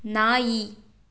ನಾಯಿ